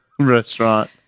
restaurant